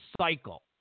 cycle